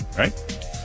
Right